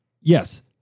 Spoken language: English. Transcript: yes